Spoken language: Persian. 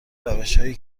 روشهایی